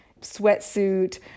sweatsuit